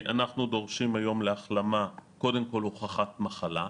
אנחנו דורשים היום להחלמה קודם כל הוכחת מחלה.